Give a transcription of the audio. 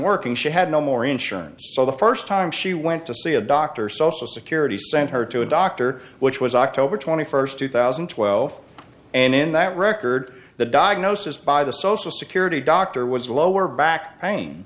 working she had no more insurance so the first time she went to see a doctor social security sent her to a doctor which was october twenty first two thousand and twelve and in that record the diagnosis by the social security doctor was lower back pain